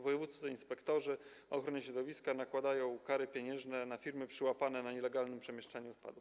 Wojewódzcy inspektorzy ochrony środowiska nakładają kary pieniężne na firmy przyłapane na nielegalnym przemieszczaniu odpadów.